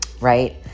right